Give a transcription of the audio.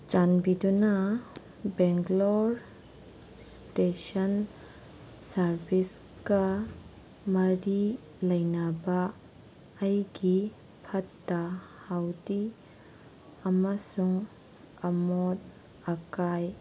ꯆꯥꯟꯕꯤꯗꯨꯅ ꯕꯦꯡꯒꯂꯣꯔ ꯏꯁꯇꯦꯁꯟ ꯁꯥꯔꯕꯤꯁꯀ ꯃꯔꯤ ꯂꯩꯅꯕ ꯑꯩꯒꯤ ꯐꯠꯇ ꯍꯧꯗꯤ ꯑꯃꯁꯨꯡ ꯑꯃꯣꯠ ꯑꯀꯥꯏ